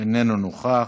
איננו נוכח.